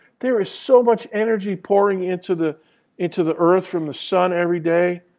there is so much energy pouring into the into the earth from the sun everyday,